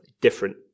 different